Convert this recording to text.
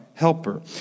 helper